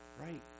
Right